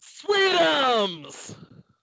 Sweetums